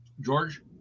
george